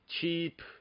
cheap